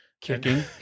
Kicking